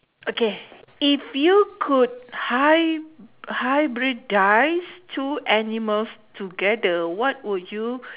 okay if you could hy~ hybridise two animals together what would you